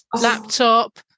laptop